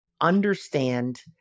understand